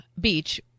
beach